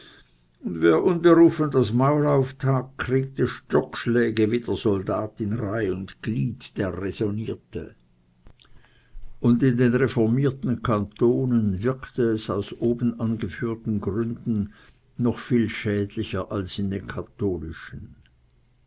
und wer unberufen das maul auftat kriegte stockschläge wie der soldat in reih und glied der räsonnierte und in den reformierten kantonen wirkte es aus oben angeführten gründen noch viel schädlicher als in den katholischen